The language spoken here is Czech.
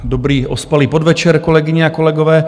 Dobrý ospalý podvečer, kolegyně a kolegové.